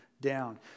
down